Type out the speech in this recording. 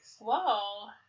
Whoa